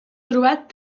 trobat